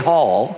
Hall